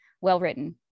well-written